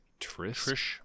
Trish